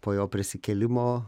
po jo prisikėlimo